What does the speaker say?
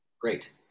Great